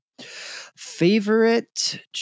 Favorite